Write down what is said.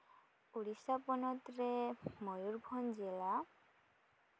ᱩᱲᱤᱥᱥᱟ ᱯᱚᱱᱚᱛ ᱨᱮ ᱢᱚᱭᱩᱨᱵᱷᱚᱸᱧᱡᱽ ᱡᱮᱞᱟ